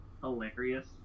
hilarious